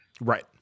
Right